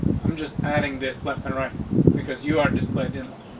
i'm just adding this left and right because you are displayed in life.